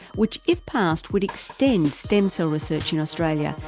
which if passed, would extend stem cell research in australia,